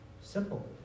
Simple